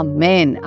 Amen